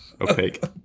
opaque